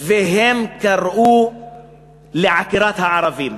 והם קראו לעקירת הערבים.